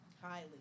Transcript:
Highly